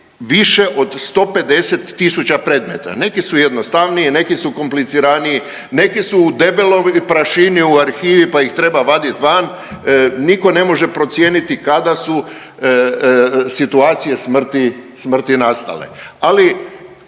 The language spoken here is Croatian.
više od 150 tisuća predmeta. Neki su jednostavniji, neki su kompliciraniji, neki su u debeloj prašini u arhivi pa ih treba vaditi van, nitko ne može procijeniti kada su situacije smrti nastale, ali